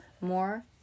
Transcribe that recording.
more